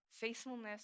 faithfulness